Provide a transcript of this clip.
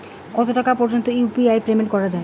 কত টাকা পর্যন্ত ইউ.পি.আই পেমেন্ট করা যায়?